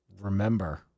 remember